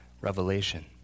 revelation